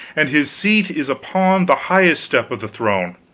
and his seat is upon the highest step of the throne!